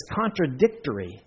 contradictory